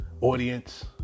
audience